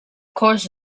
course